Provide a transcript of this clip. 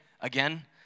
Again